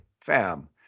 fam